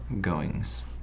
goings